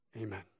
Amen